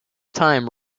time